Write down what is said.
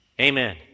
Amen